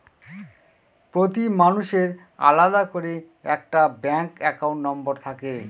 প্রতি মানুষের আলাদা করে একটা ব্যাঙ্ক একাউন্ট নম্বর থাকে